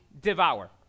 devour